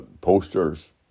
posters